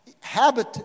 habit